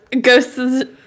ghosts